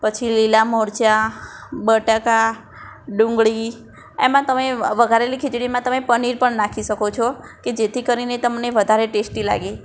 પછી લીલા મરચાં બટાકા ડુંગળી એમાં તમે વઘારેલી ખીચડીમાં તમે પનીર પણ નાખી શકો છો કે જેથી કરીને તમને વધારે ટેસ્ટી લાગે